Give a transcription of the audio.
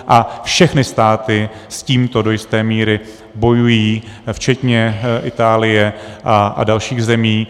A všechny státy s tímto do jisté míry bojují, včetně Itálie a dalších zemí.